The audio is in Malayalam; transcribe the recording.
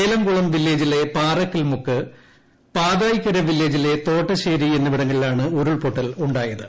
ഏലംകുളം വില്ലേജിലെ പാറക്കൽമുക്ക് പാതായ്ക്കര വില്ലേജിലെ തോട്ടശേരി എന്നിവിടങ്ങളിലാണ് ഉരുൾപൊട്ടലുണ്ടായത്